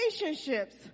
relationships